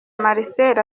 marcel